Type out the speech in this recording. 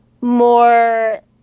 more